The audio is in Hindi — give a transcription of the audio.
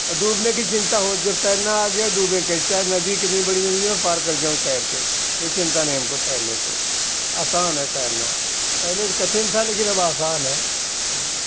और डूबने की चिंता हो जब तैरना आ गया डूबे कैसे नदी कितनी बड़ी नदी हो पार कर जाऊँ तैर के कोई चिंता नहीं हमको तैरने से आसान है तैरना पहले कठिन था लेकिन अब आसान है